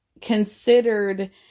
considered